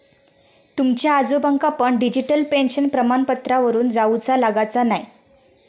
तुमच्या आजोबांका पण डिजिटल पेन्शन प्रमाणपत्रावरून जाउचा लागाचा न्हाय